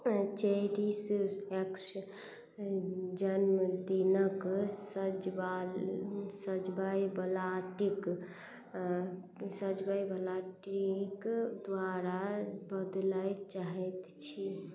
cherish एक्स जन्मदिनक सजबा सजबयवला टिक सजबयवला टिक द्वारा बदलय चाहैत छी